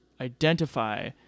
identify